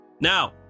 Now